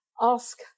ask